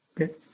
Okay